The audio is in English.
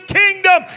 kingdom